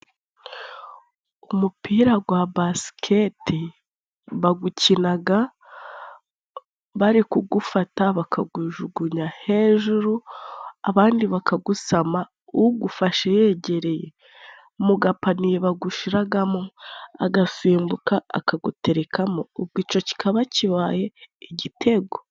Umupira wa basiketi bawukina bari kuwufata bakawujugunya hejuru, abandi bakawusama, uwufashe yegereye mu gapaniye bawushiramo, agasimbuka akawuterekamo ubwo icyo kikaba kibaye igitego.